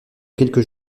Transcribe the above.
quelques